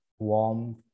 warm